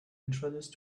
introduce